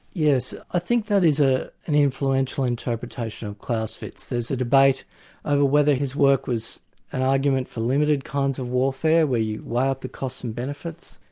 yes, i think that is ah an influential interpretation of clausewitz. there's a debate about whether his work was an argument for limited kinds of warfare, where you weigh up the costs and benefits,